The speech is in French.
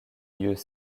lieux